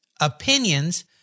opinions